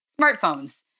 smartphones